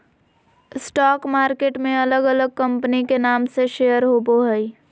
stock market में अलग अलग कंपनी के नाम से शेयर होबो हइ